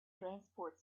transport